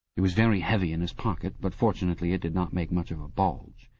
it was very heavy in his pocket, but fortunately it did not make much of a bulge.